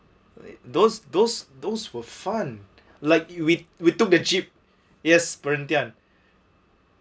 those those those were fun like we we took the jeep yes perhentian